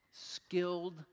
skilled